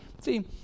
see